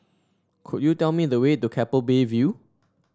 could you tell me the way to Keppel Bay View